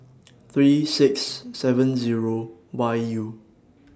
three six seven Zero Y U